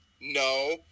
No